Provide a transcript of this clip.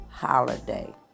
holiday